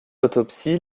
autopsie